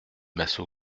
massot